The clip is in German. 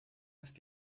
ist